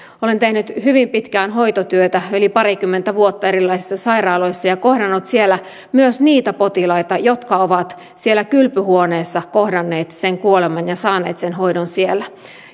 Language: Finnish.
olen tehnyt hyvin pitkään hoitotyötä yli parikymmentä vuotta erilaisissa sairaaloissa ja kohdannut siellä myös niitä potilaita jotka ovat siellä kylpyhuoneessa kohdanneet sen kuoleman ja saaneet sen hoidon siellä